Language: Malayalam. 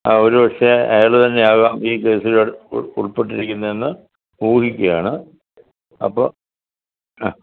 ഒരുപക്ഷേ അയാൾ തന്നെയാകാം ഈ കേസിൽ ഉൾപ്പെട്ടിരിക്കുന്നത് എന്ന് ഊഹിക്കുകയാണ് അപ്പോൾ ആ